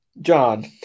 John